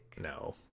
no